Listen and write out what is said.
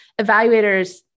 evaluators